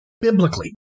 biblically